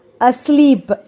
asleep